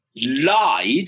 lied